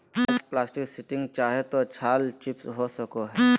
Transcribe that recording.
mulch plastic sheeting चाहे तो छाल चिप्स हो सको हइ